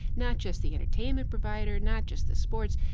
not just the entertainment provider, not just the sports,